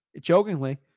Jokingly